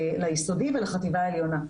ליסודי ולחטיבה העליונה.